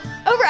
over